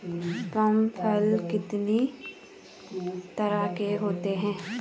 Palm फल कितनी तरह के होते हैं?